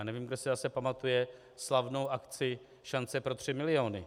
Nevím, kdo si zase pamatuje slavnou akci Šance pro tři miliony.